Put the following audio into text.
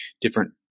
different